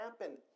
happen